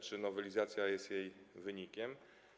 Czy nowelizacja jest jej wynikiem?